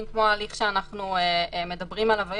כמו ההליך שאנחנו מדברים עליו היום,